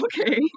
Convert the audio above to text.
okay